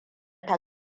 ta